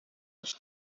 auf